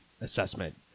assessment